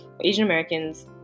Asian-Americans